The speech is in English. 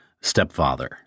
stepfather